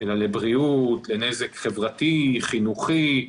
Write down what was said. אלא לבריאות, לנזק חברתי, חינוכי,